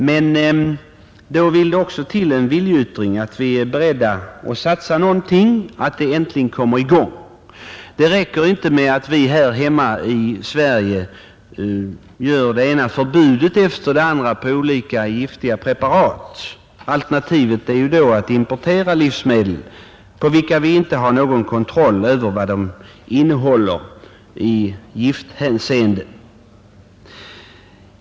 Men då vill det också till en viljeyttring att vi är beredda att satsa någonting, att en verksamhet äntligen kommer i gång. Det räcker inte med att vi här hemma i Sverige skapar det ena förbudet efter det andra för olika giftiga preparat. Alternativet är ju att importera livsmedel över vilka vi inte har någon kontroll i fråga om vad de innehåller i gifthänseende.